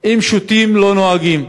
אם שותים לא נוהגים.